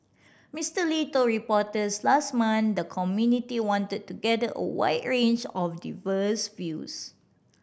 Mister Lee told reporters last month the committee wanted to gather a wide range of diverse views